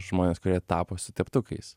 žmones kurie tapo su teptukais